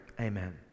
Amen